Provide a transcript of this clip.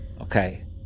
Okay